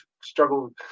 struggled